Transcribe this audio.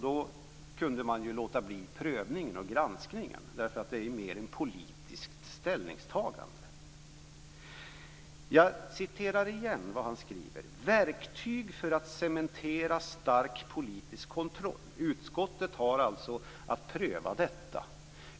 Då kunde man ju låta bli prövningen och granskningen, för det är ju mer ett politiskt ställningstagande. Jag citerar igen vad han skriver: "- verktyg för att cementera en stark politisk kontroll -." Utskottet har alltså att pröva detta.